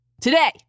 today